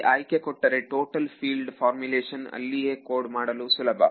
ಇಲ್ಲಿ ಆಯ್ಕೆ ಕೊಟ್ಟರೆ ಟೋಟಲ್ ಫೀಲ್ಡ್ ಫಾರ್ಮುಲೇಶನ್ ಅಲ್ಲಿಯೇ ಕೋಡ್ ಮಾಡಲು ಸುಲಭ